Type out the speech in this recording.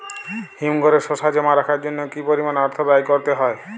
হিমঘরে শসা জমা রাখার জন্য কি পরিমাণ অর্থ ব্যয় করতে হয়?